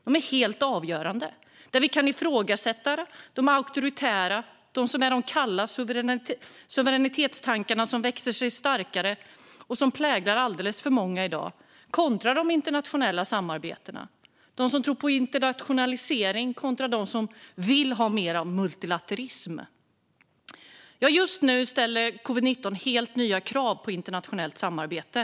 Där kan vi ifrågasätta de kalla suveränitetstankar som växer sig starkare och präglar alldeles för många i dag, kontra de internationella samarbetena. Det handlar om dem som tror på internationalisering kontra dem som vill ha mer av multilateralism. Just nu ställer covid-19 helt nya krav på internationellt samarbete.